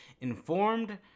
informed